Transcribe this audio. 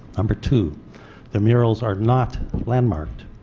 number two the murals are not landmarked,